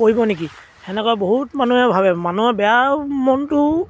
কৰিব নেকি সেনেকুৱা বহুত মানুহে ভাবে মানুহৰ বেয়া মনটো